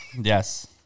Yes